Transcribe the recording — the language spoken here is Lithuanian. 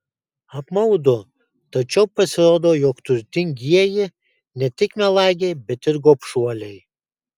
apmaudu tačiau pasirodo jog turtingieji ne tik melagiai bet gobšuoliai